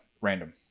random